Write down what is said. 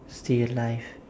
stay alive